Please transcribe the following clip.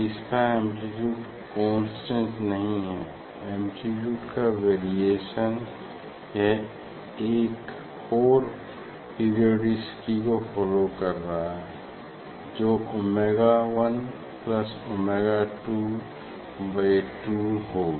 इसका amplitude constant नहीं है एम्प्लीट्यूड का वेरिएशन यह एक और पेरिओडीसीटी को फॉलो कर रहा है जो ओमेगा 1 प्लस ओमेगा 2 बाई 2 होगा